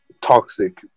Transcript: toxic